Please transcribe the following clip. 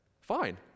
fine